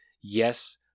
Yes